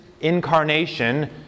incarnation